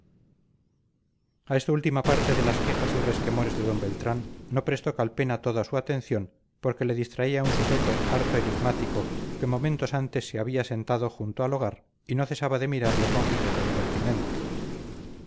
a esta última parte de las quejas y resquemores de d beltrán no prestó calpena toda su atención porque le distraía un sujeto harto enigmático que momentos antes se había sentado junto al hogar y no cesaba de mirarle con fijeza impertinente